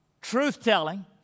truth-telling